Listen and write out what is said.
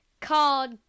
called